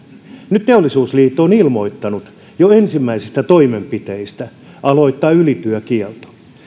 nyt teollisuusliitto on ilmoittanut jo ensimmäisistä toimenpiteistä aloittaa ylityökielto